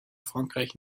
frankreich